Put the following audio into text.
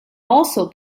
also